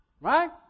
Right